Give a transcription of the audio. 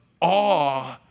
awe